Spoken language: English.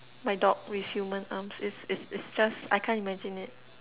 my dog with human arms its its its just I can't imagine it